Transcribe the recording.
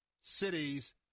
cities